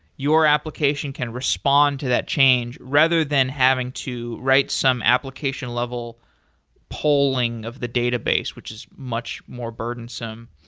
your application can respond to that change, rather than having to write some application level polling of the database, which is much more burdensome.